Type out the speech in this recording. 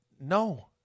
No